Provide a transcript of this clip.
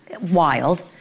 wild